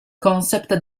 concept